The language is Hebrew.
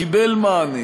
קיבל כבר מענה